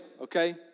okay